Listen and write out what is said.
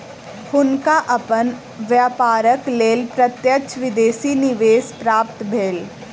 हुनका अपन व्यापारक लेल प्रत्यक्ष विदेशी निवेश प्राप्त भेल